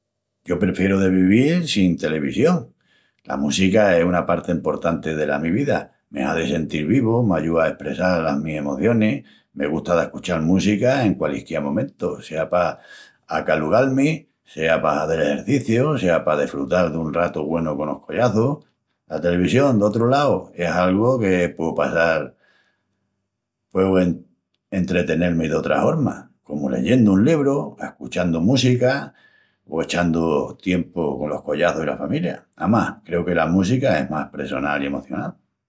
Yo prefieru de vivil sin televisión. La música es una parti emportanti dela mi vida, me hazi sentil vivu i m'ayúa a espressal las mis emocionis. Me gusta d'ascuchal música en qualisquiá momentu, sea pa acalugal-mi, sea pa hazel exerciciu, sea pa desfrutal dun ratu güenu conos collaçus. La televisión, d'otru lau, es algu que pueu passal... pueu en... entretenel-mi d'otras hormas, comu leyendu un libru, ascuchandu música o echandu tiempu colos collaçus i la familia. Amás, creu que la música es más pressonal i emocional.